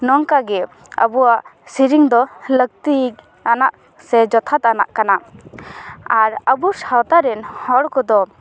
ᱱᱚᱝᱠᱟ ᱜᱮ ᱟᱵᱚᱣᱟᱜ ᱥᱮᱨᱮᱧ ᱫᱚ ᱞᱟᱹᱠᱛᱤ ᱟᱱᱟᱜ ᱥᱮ ᱡᱚᱛᱷᱟᱛ ᱟᱱᱟᱜ ᱠᱟᱱᱟ ᱟᱨ ᱟᱵᱚ ᱥᱟᱶᱛᱟ ᱨᱮᱱ ᱦᱚᱲ ᱠᱚᱫᱚ